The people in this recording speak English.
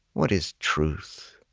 what is truth?